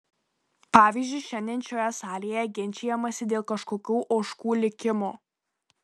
pavyzdžiui šiandien šioje salėje ginčijamasi dėl kažkokių ožkų likimo